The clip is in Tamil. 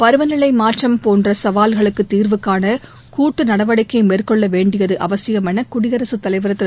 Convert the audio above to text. பருவநிலை மாற்றம் போன்ற சவால்களுக்கு தீர்வு காண கூட்டு நடவடிக்கை மேற்கொள்ள வேண்டியது அவசியம் என குடியரசுத் தலைவர் திரு